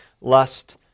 Lust